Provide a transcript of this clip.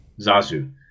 Zazu